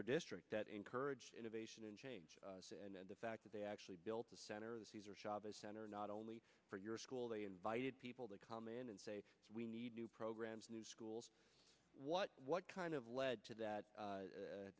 your district that encourage innovation and change and the fact that they actually built the center cesar chavez center not only for your school they invited people to come in and say we need new programs new schools what what kind of led to that